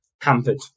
hampered